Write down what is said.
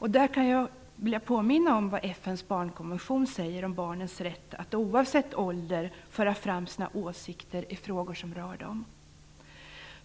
Där vill jag påminna om vad FN:s barnkonvention säger om barnens rätt att oavsett ålder föra fram sina åsikter i frågor som rör dem.